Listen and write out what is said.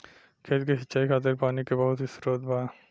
खेत के सिंचाई खातिर पानी के बहुत स्त्रोत बा